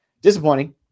disappointing